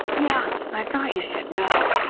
yeah, i thought you should know.